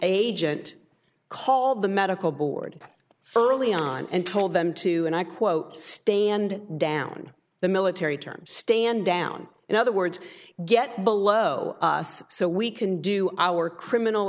agent called the medical board thoroughly on and told them to and i quote stand down the military terms stand down in other words get below us so we can do our criminal